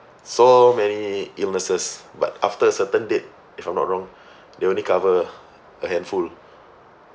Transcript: so many illnesses but after a certain date if I'm not wrong they only cover a handful